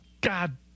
God